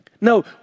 No